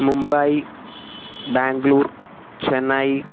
Mumbai Bangalore Chennai